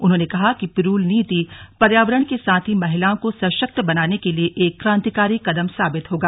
उन्होंने कहा कि पिरूल नीति पर्यावरण के साथ ही महिलाओं को सशक्त बनाने के लिए एक क्रांतिकारी कदम साबित होगा